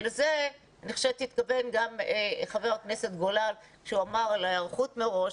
לזה אני חושבת שהתכוון חבר הכנסת גולן כשהוא דיבר על ההיערכות מראש,